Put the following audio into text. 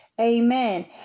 Amen